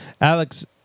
Alex